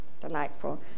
delightful